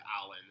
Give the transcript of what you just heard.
Alan